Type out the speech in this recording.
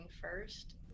first